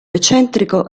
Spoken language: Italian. eccentrico